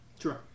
Sure